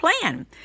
plan